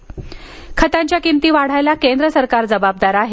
अजित खतांच्या किमती वाढायला केंद्र सरकार जबाबदार आहे